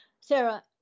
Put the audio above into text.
Sarah